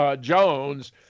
Jones